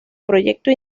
proyecto